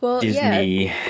Disney